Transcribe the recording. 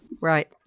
Right